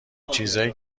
چیزایی